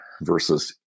versus